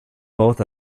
both